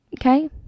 okay